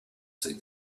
see